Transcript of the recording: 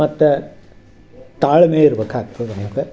ಮತ್ತು ತಾಳ್ಮೆ ಇರ್ಬೇಕಾಗ್ತದೆ ನಮಗೆ